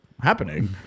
Happening